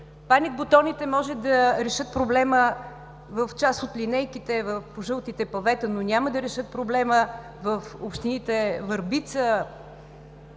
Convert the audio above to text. Паник бутоните може да решат проблема в част от линейките по жълтите павета, но няма да решат проблема в общините Върбица,